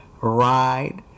ride